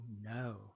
no